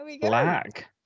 Black